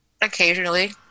Occasionally